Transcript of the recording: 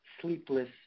sleepless